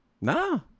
Nah